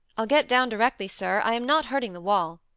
i'll get down directly, sir. i am not hurting the wall.